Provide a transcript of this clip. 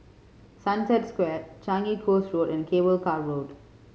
Sunset Square Changi Coast Road and Cable Car Road